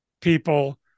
people